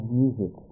music